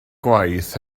gwaith